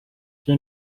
izi